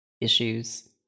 issues